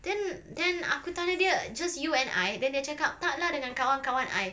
then then aku tanya dia just you and I then dia cakap tak lah dengan kawan kawan I